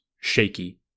shaky